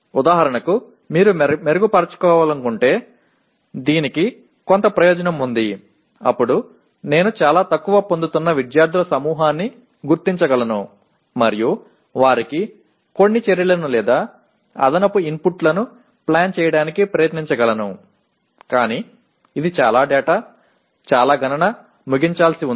ఉదాహరణకు మీరు మెరుగుపరచాలనుకుంటే దీనికి కొంత ప్రయోజనం ఉంది అప్పుడు నేను చాలా తక్కువ పొందుతున్న విద్యార్థుల సమూహాన్ని గుర్తించగలను మరియు వారికి కొన్ని చర్యలను లేదా అదనపు ఇన్పుట్లను ప్లాన్ చేయడానికి ప్రయత్నించగలను కాని ఇది చాలా డేటా చాలా గణన ముగించాల్సి ఉంది